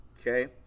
okay